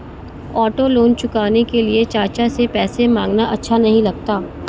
auto loan चुकाने के लिए चाचा से पैसे मांगना अच्छा नही लगता